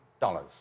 dollars